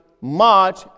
March